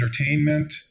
entertainment